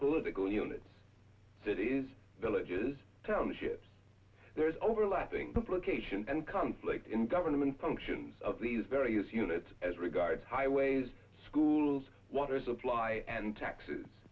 political unit that is villages townships there's overlapping complication and conflict in government functions of these various units as regards highways schools water supply and taxes